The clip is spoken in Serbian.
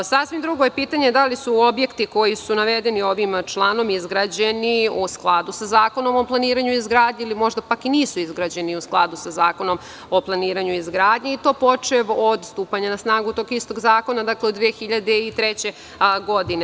Sasvim drugo je pitanje da li su objekti koji su navedeni ovim članom izgrađeniji u skladu sa Zakonom o planiranju i izgradnji, ili možda pak nisu izgrađeni u skladu sa Zakonom o planiranju i izgradnji i to počev od stupanja na snagu tog istog zakona, dakle od 2003. godine.